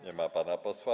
Nie ma pana posła.